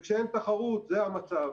וכשאין תחרות, זה המצב.